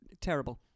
terrible